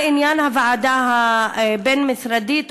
על עניין הוועדה הבין-משרדית,